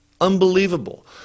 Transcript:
Unbelievable